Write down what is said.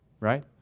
right